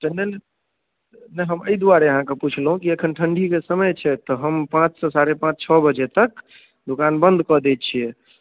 चन्दन जे हम एहि दुआरे हम आहाँके पुछ्लहुॅं एखन ठण्ढीमे समय छै तऽ हम पाँच सऽ साढ़े पाँच छओ बजे तक दोकान बन्द कऽ दै छियै